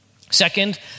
Second